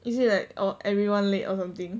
is it like everyone late or something